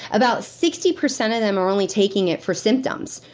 about sixty percent of them are only taking it for symptoms,